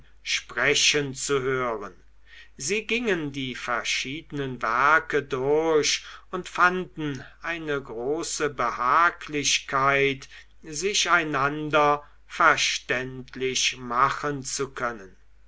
sprechen zu hören sie gingen die verschiedenen werke durch und fanden eine große behaglichkeit sich einander verständlich machen zu können